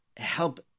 help